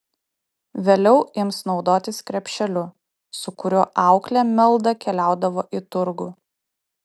vėliau ims naudotis krepšeliu su kuriuo auklė meldą keliaudavo į turgų